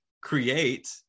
create